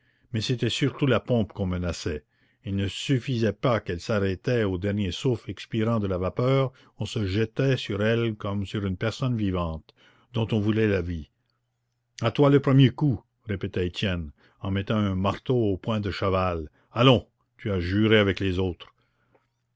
mais c'était surtout la pompe qu'on menaçait il ne suffisait pas qu'elle s'arrêtât au dernier souffle expirant de la vapeur on se jetait sur elle comme sur une personne vivante dont on voulait la vie a toi le premier coup répétait étienne en mettant un marteau au poing de chaval allons tu as juré avec les autres